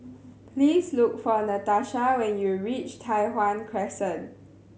please look for Natasha when you reach Tai Hwan Crescent